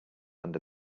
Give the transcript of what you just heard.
under